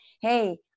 Hey